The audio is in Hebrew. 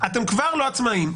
אתם כבר לא עצמאיים.